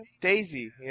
Daisy